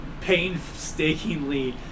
painstakingly